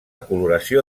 coloració